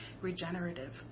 regenerative